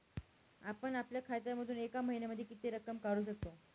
आपण आपल्या खात्यामधून एका महिन्यामधे किती रक्कम काढू शकतो?